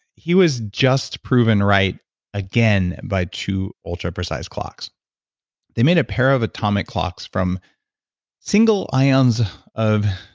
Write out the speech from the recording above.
he was just proven right again by two ultra-precise clocks they made a pair of atomic clocks from single ions of,